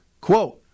Quote